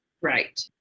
Right